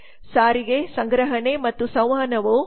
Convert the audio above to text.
ಸಾರಿಗೆ ಸಂಗ್ರಹಣೆ ಮತ್ತು ಸಂವಹನವು 12